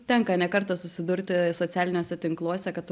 tenka ne kartą susidurti socialiniuose tinkluose kad tu